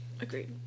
Agreed